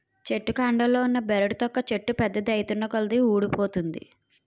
చెట్టు కాండంలో ఉన్న బెరడు తొక్క చెట్టు పెద్దది ఐతున్నకొలది వూడిపోతుంది